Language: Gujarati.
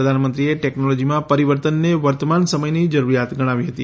પ્રધાનમંત્રીએ ટેકનોલોજીમાં પરિવર્તનને વર્તમાન સમયની જરૂરિયાત ગણાવી હતી